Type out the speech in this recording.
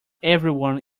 everyone